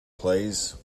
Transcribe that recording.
please